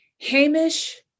Hamish